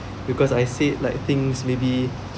because I said like things maybe